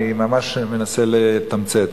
אני ממש מנסה לתמצת.